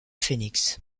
phénix